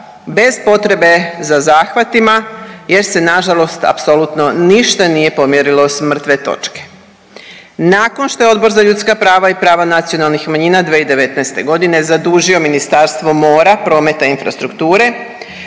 bez potrebe za zahvatima jer se nažalost apsolutno ništa nije pomjerilo s mrtve točke. Nakon što je Odbor za ljudska prava i prava nacionalnih manjina 2019.g. zadužio Ministarstvo mora, prometa i infrastrukture,